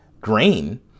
grain